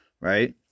right